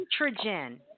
nitrogen